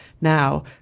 now